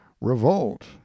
revolt